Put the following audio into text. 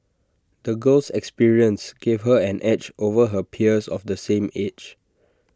the girl's experiences gave her an edge over her peers of the same age